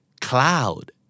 Cloud